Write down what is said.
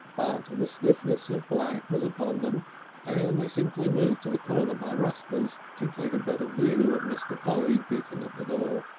ah the stiffness of black was upon them and they simply moved to the corner by rusper's to take a better view of mr. polly beating at the door.